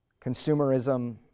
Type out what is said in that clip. consumerism